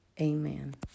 amen